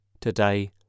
today